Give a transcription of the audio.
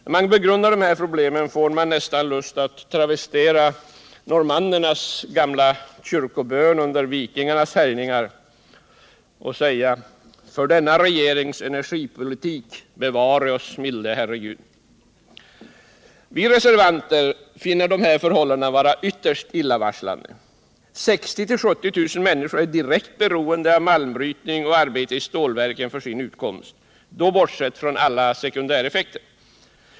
När man begrundar de här problemen får man nästan lust att travestera normandernas gamla kyrkobön under vikingarnas härjningar och säga: För denna regerings energipolitik, bevare oss milde Herre Gud! Vi reservanter anser de här förhållandena vara ytterst illavarslande. 60 000-70 000 människor är för sin utkomst direkt beroende av malmbrytning och arbete i stålverken, bortsett från alla sekundäreffekter.